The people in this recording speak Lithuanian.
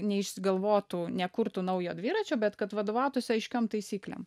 neišsigalvotų nekurtų naujo dviračio bet kad vadovautųsi aiškiom taisyklėm